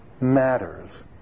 matters